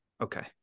Okay